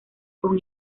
con